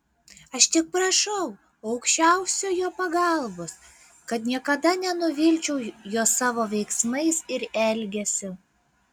aš tik prašau aukščiausiojo pagalbos kad niekada nenuvilčiau jo savo veiksmais ir elgesiu